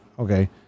Okay